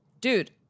dude